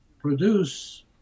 produce